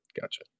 gotcha